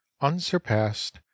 unsurpassed